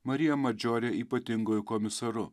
marija madžiorė ypatinguoju komisaru